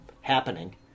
happening